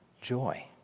joy